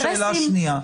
באינטרסים.